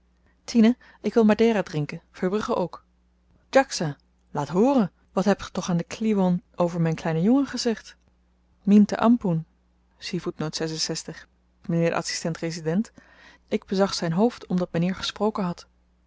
tine ik wil madera drinken verbrugge ook djaksa laat hooren wat hebt ge toch aan den kliwon over myn kleinen jongen gezegd mintah ampong mynheer de adsistent resident ik bezag zyn hoofd omdat mynheer gesproken had